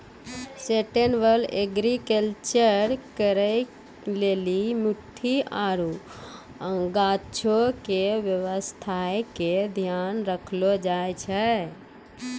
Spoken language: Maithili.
सस्टेनेबल एग्रीकलचर करै लेली मट्टी आरु गाछो के स्वास्थ्य के ध्यान राखलो जाय छै